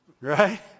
Right